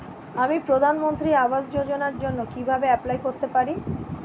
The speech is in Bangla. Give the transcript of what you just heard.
আমি প্রধানমন্ত্রী আবাস যোজনার জন্য কিভাবে এপ্লাই করতে পারি?